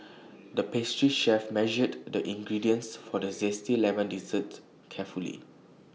the pastry chef measured the ingredients for the Zesty Lemon Dessert carefully